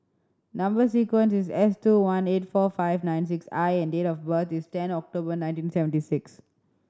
number sequence is S two one eight four five nine six I and date of birth is ten October nineteen seventy six